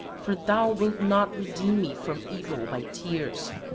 for thou wilt not redeem me from evil by tears,